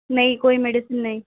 نہیں کوئی میڈیسن نہیں